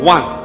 One